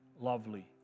lovely